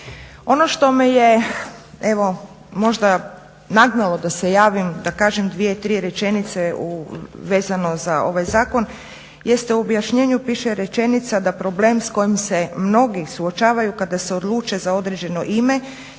Ono što me je evo, možda nagnalo da se javim, da kažem dvije, tri rečenice vezano za ovaj zakon jeste u objašnjenju piše rečenica da problem s kojim se mnogi suočavaju kada se odluče za određeno ime